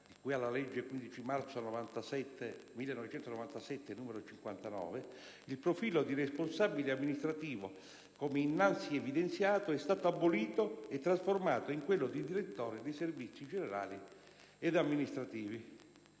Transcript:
di cui alla legge n. 59 del 15 marzo 1997, il profilo di responsabile amministrativo, come innanzi evidenziato, è stato abolito e trasformato in quello di direttore dei servizi generali ed amministrativi.